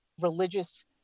religious